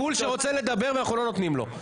המחלקה לחיפוי השוטרים,